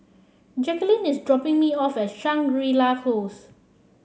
Jacquelyn is dropping me off Shangri La Close